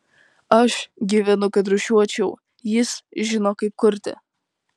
aš gyvenu kad rūšiuočiau jis žino kaip kurti